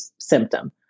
symptom